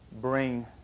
bring